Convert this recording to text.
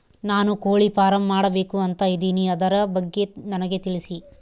ನಾನು ಕೋಳಿ ಫಾರಂ ಮಾಡಬೇಕು ಅಂತ ಇದಿನಿ ಅದರ ಬಗ್ಗೆ ನನಗೆ ತಿಳಿಸಿ?